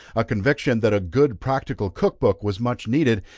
a conviction that a good practical cook book was much needed,